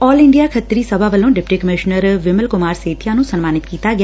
ਆਲ India Khatri Sabha ਵੱਲੋਂ deputy commissioner Vimal Kumar Setia ਨੰ ਸਨਮਾਨਿਤ ਕੀਤਾ ਗਿਆ